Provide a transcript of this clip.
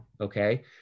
okay